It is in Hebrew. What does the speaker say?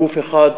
גוף אחד,